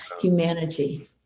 humanity